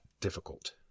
difficult